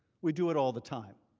we do it all the time.